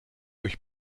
euch